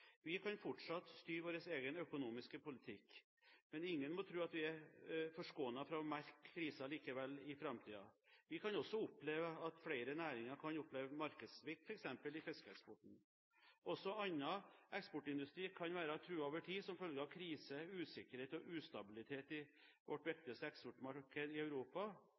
Vi kan fortsatt styre vår egen økonomiske politikk. Men ingen må tro at vi likevel er forskånet for å merke krisen i framtiden. Vi kan også oppleve at flere næringer opplever markedssvikt, f.eks. i fiskeeksporten. Også annen eksportindustri kan være truet over tid som følge av krise, usikkerhet og ustabilitet i vårt viktigste eksportmarked Europa.